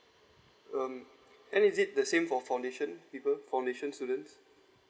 um and is it the same for foundation people foundation students